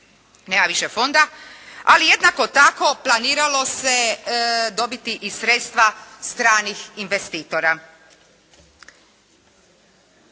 nema više Fonda. Ali jednako tako planiralo se dobiti sredstva stranih investitora.